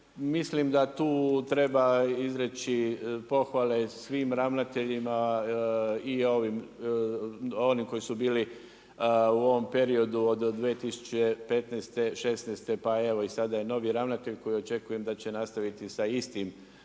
Mislim da tu treba izreći pohvale svim ravnateljima i onim koji su bili u ovom periodu od 2015., 2016. pa evo i sad je novi ravnatelj koji očekujem da će nastaviti sa istim